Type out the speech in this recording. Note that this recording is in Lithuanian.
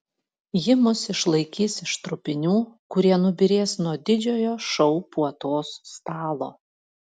ji mus išlaikys iš trupinių kurie nubyrės nuo didžiojo šou puotos stalo